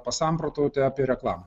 pasamprotauti apie reklamą